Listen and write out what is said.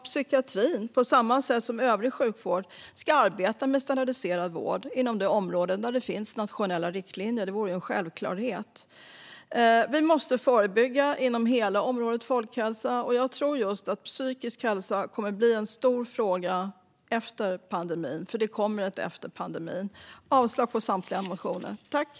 Psykiatrin ska liksom övrig sjukvård arbeta med standardiserad vård inom de områden där det finns nationella riktlinjer. Det borde vara en självklarhet. Vi måste förebygga inom hela området folkhälsa, och jag tror att psykisk hälsa kommer att bli en stor fråga efter pandemin - för det kommer som sagt ett efter pandemin. Jag yrkar avslag på samtliga reservationer.